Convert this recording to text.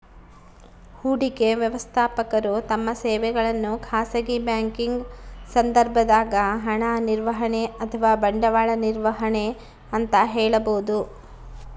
ಹೂಡಿಕೆ ವ್ಯವಸ್ಥಾಪಕರು ತಮ್ಮ ಸೇವೆಗಳನ್ನು ಖಾಸಗಿ ಬ್ಯಾಂಕಿಂಗ್ ಸಂದರ್ಭದಾಗ ಹಣ ನಿರ್ವಹಣೆ ಅಥವಾ ಬಂಡವಾಳ ನಿರ್ವಹಣೆ ಅಂತ ಹೇಳಬೋದು